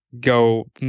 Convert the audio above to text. go